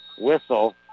Whistle